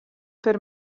per